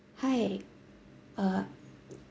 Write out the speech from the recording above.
hi uh